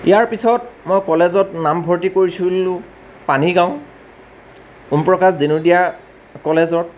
ইয়াৰ পিছত মই কলেজত নাম ভৰ্তি কৰিছিলোঁ পানীগাঁও ওম প্ৰকাশ দিনোদীয়া কলেজত